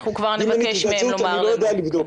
אם -- -אני לא יודע לבדוק.